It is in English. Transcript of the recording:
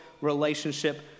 relationship